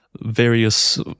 various